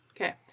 Okay